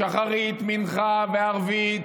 בשחרית, במנחה, בערבית